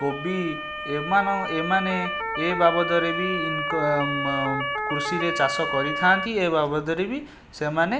କୋବି ଏମାନ ଏମାନେ ଏ ବାବଦରେ ବି କୃଷିରେ ଚାଷ କରିଥାନ୍ତି ଏବାବଦରେ ବି ସେମାନେ